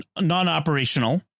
non-operational